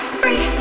free